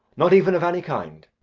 not even of any kind.